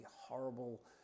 horrible